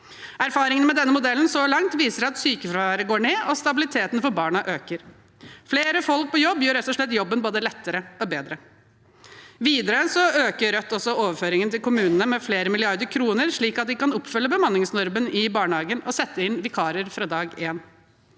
Erfaringene med denne modellen så langt viser at sykefraværet går ned, og stabiliteten for barna øker. Flere folk på jobb gjør rett og slett jobben både lettere og bedre. Videre øker Rødt overføringen til kommunene med flere milliarder kroner, slik at vi kan oppfylle bemanningsnormen i barnehagen og sette inn vikarer fra dag én.